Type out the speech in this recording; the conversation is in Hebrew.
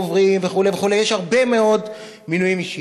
דוברים וכו' וכו' יש הרבה מאוד מינויים אישיים.